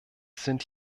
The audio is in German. sind